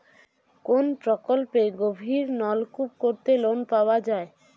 কোন প্রকল্পে গভির নলকুপ করতে লোন পাওয়া য়ায়?